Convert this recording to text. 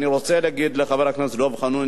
אני רוצה להגיד לחבר הכנסת דב חנין